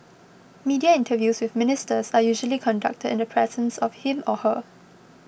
media interviews with Ministers are usually conducted in the presence of him or her